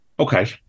Okay